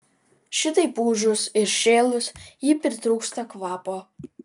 šitaip ūžus ir šėlus ji pritrūksta kvapo